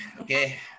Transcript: okay